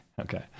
Okay